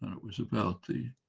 and it was about the